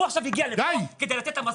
הוא עכשיו הגיע לפה כדי לתת את המסקנות.